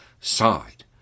side